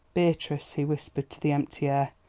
beatrice, he whispered to the empty air,